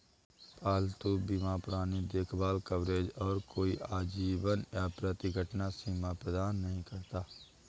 पालतू बीमा पुरानी देखभाल कवरेज और कोई आजीवन या प्रति घटना सीमा प्रदान नहीं करता